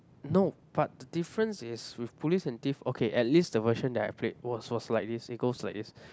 no but the difference is with police and thief okay at least the version that I played was was like this it goes like this